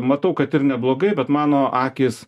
matau kad ir neblogai bet mano akys